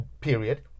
period